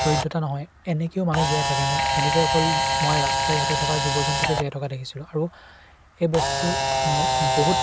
দৰিদ্ৰতা নহয় এনেকৈয়ো মানুহ জীয়াই থাকেনে এনেকৈ অকল মই ৰাস্তাই ঘাটে থকা জীৱ জন্তুকহে জীয়াই থকা দেখিছিলোঁ আৰু এই বস্তুটো বহুত